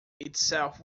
itself